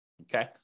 Okay